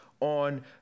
on